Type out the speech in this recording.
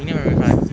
明年在 primary five